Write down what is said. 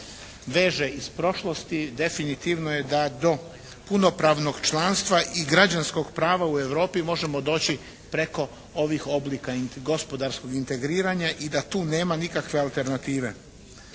veže iz prošlosti definitivno je da do punopravnog članstva i građanskog prava u Europi možemo doći preko ovih oblika gospodarskog integriranja i da tu nema nikakve alternative.